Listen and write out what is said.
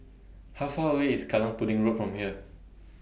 How Far away IS Kallang Pudding Road from here